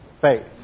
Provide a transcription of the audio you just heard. faith